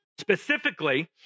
Specifically